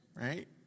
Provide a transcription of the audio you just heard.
right